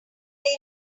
they